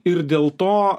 ir dėl to